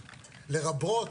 לרבות,